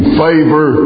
favor